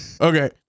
okay